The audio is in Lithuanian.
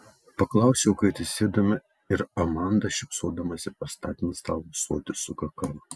paklausiau kai atsisėdome ir amanda šypsodamasi pastatė ant stalo ąsotį su kakava